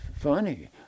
funny